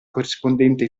corrispondente